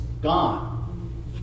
gone